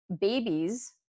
babies